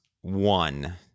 one